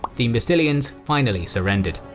the massilians finally surrendered.